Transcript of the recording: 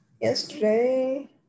yesterday